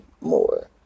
more